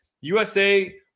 USA